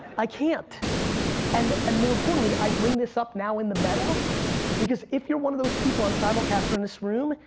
i can't and and more importantly, i bring this up now in the meta because if you're one of those people on simulcast or in this room,